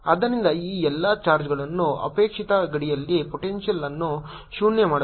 ಆದ್ದರಿಂದ ಈ ಎಲ್ಲಾ ಚಾರ್ಜ್ಗಳು ಅಪೇಕ್ಷಿತ ಗಡಿಯಲ್ಲಿ ಪೊಟೆಂಶಿಯಲ್ ಅನ್ನು ಶೂನ್ಯ ಮಾಡುತ್ತದೆ